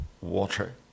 water